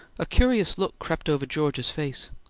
a curious look crept over george's face.